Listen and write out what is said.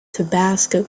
tabasco